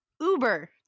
uber